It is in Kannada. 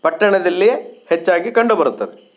ಪಟ್ಟಣದಲ್ಲಿಯೇ ಹೆಚ್ಚಾಗಿ ಕಂಡುಬರುತ್ತದೆ